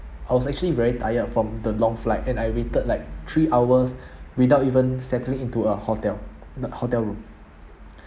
I was actually very tired from the long flight and I waited like three hours without even settling into a hotel the hotel room